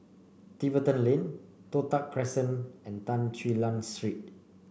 Tiverton Lane Toh Tuck Crescent and Tan Quee Lan Street